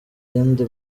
yandi